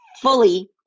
fully